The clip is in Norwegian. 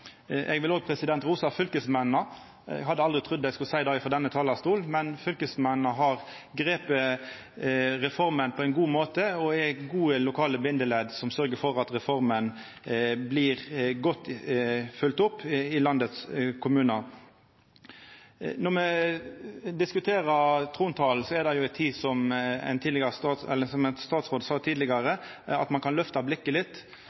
Eg vil òg rosa fylkesmennene. Eg hadde aldri trudd eg skulle seia det frå denne talarstolen, men fylkesmennene har teke tak i reforma på ein god måte, og er gode lokale bindeledd som sørgjer for at reforma blir godt følgd opp i landets kommunar. Når me diskuterer trontala, er det som ein statsråd sa tidlegare: Ein kan løfta blikket litt.